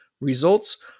results